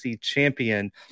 champion